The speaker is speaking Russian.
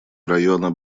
района